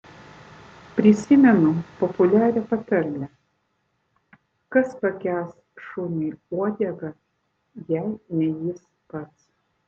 prisimenu populiarią patarlę kas pakels šuniui uodegą jei ne jis pats